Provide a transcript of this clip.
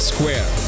Square